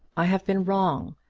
i have been wrong.